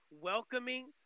welcoming